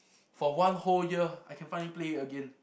for one whole year I can finally play it again